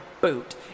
boot